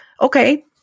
Okay